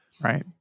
Right